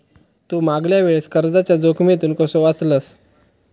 तू मागल्या वेळेस कर्जाच्या जोखमीतून कसो वाचलस